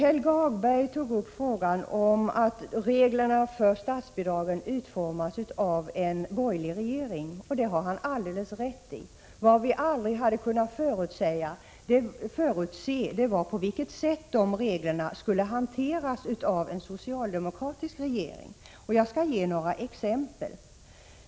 Fru talman! Helge Hagberg sade att reglerna för statsbidragen utformats av en borgerlig regering, och det har han alldeles rätt i. Vad vi aldrig hade kunnat förutse var på vilket sätt de reglerna skulle hanteras av en socialdemokratisk regering. Jag skall ge några exempel.